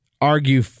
argue